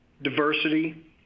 diversity